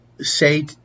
say